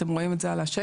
אתם רואים את זה על השקף.